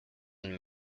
and